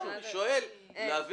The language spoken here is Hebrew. לא, אני שואל כדי להבין.